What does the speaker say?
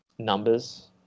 Numbers